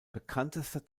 bekanntester